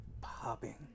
popping